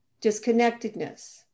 Disconnectedness